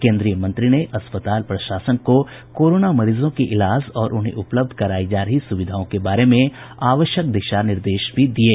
केन्द्रीय मंत्री ने अस्पताल प्रशासन को कोरोना मरीजों के इलाज और उन्हें उपलब्ध करायी जा रही सुविधाओं के बारे में आवश्यक दिशा निर्देश भी दिये